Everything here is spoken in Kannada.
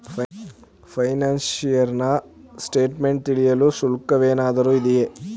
ಫೈನಾಶಿಯಲ್ ಇಯರ್ ನ ಸ್ಟೇಟ್ಮೆಂಟ್ ತಿಳಿಯಲು ಶುಲ್ಕವೇನಾದರೂ ಇದೆಯೇ?